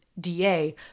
DA